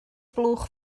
blwch